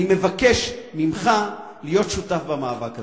אני מבקש ממך להיות שותף במאבק הזה.